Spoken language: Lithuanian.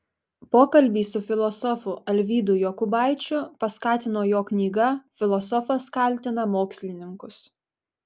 pokalbį su filosofu alvydu jokubaičiu paskatino jo knyga filosofas kaltina mokslininkus